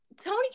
Tony